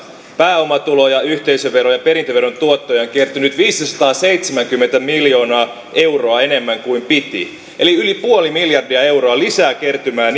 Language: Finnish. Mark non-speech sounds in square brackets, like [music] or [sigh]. pääomatulo yhteisö ja perintöveron tuottoja on kertynyt viisisataaseitsemänkymmentä miljoonaa euroa enemmän kuin piti eli yli puoli miljardia euroa lisää kertymää [unintelligible]